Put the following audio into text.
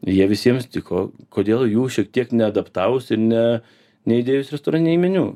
jie visiems tiko kodėl jų šiek tiek neadaptavus ir ne neįdėjus restorane į meniu